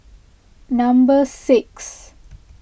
number six